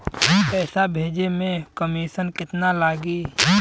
पैसा भेजे में कमिशन केतना लागि?